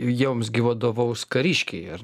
jiems gi vadovaus kariškiai ar